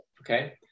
Okay